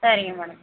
சரிங்க மேடம்